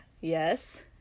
Yes